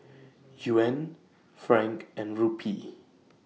Yuan Franc and Rupee